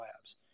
labs